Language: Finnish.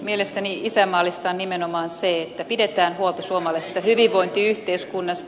mielestäni isänmaallista on nimenomaan se että pidetään huolta suomalaisesta hyvinvointiyhteiskunnasta